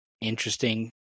interesting